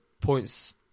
points